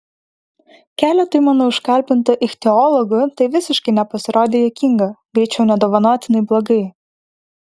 keletui mano užkalbintų ichtiologų tai visiškai nepasirodė juokinga greičiau nedovanotinai blogai